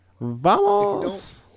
Vamos